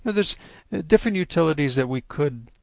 but there's different utilities that we could,